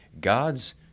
God's